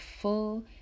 full